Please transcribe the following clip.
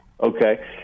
Okay